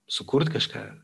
sukurt kažką